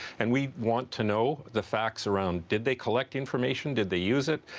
and we want to know the facts around, did they collect information, did they use it?